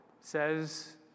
says